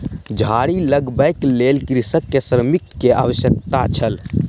झाड़ी लगबैक लेल कृषक के श्रमिक के आवश्यकता छल